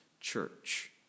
church